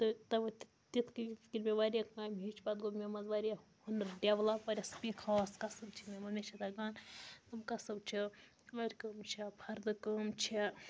تہٕ تِتھ کٔنۍ یِتھ کٔنۍ مےٚ واریاہ کامہِ ہیٚچھِ پَتہٕ گوٚو مےٚ منٛز واریاہ ہُنَر ڈٮ۪ولَپ واریاہ خاص کَسٕب چھِ مےٚ منٛز مےٚ چھِ تَگان تِم کَسٕب چھِ آرِ کٲم چھا فردٕ کٲم چھےٚ